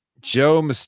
Joe